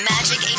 Magic